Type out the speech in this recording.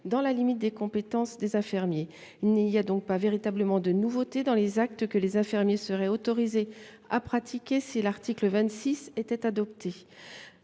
dans la limite des compétences des infirmiers. Il n’y a donc pas véritablement de nouveauté dans les actes que les infirmiers seraient autorisés à pratiquer si l’article 26 était adopté.